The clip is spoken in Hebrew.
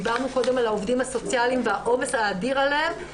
דיברנו קודם על העובדים הסוציאליים והעומס האדיר עליהם.